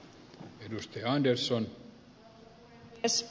arvoisa puhemies